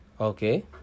Okay